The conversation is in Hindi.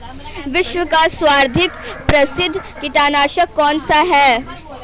विश्व का सर्वाधिक प्रसिद्ध कीटनाशक कौन सा है?